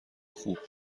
خوب